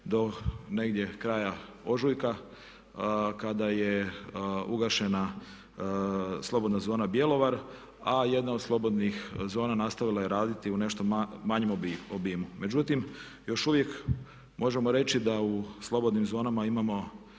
do negdje kraja ožujka kada je ugašena slobodna zona Bjelovar a jedna od slobodnih zona nastavila je raditi u nešto manjem obimu. Međutim, još uvijek možemo reći da u slobodnim zonama imamo